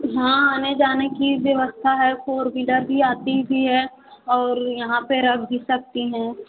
हाँ आने जाने की व्यवस्था है फोर व्हीलर भी आती भी है और यहाँ पर रख भी सकते हैं